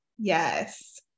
yes